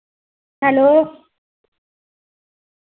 hello